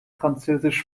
französisch